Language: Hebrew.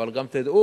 אבל גם תדעו,